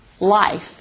life